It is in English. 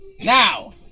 Now